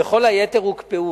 וכל היתר הוקפאו.